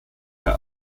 her